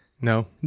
No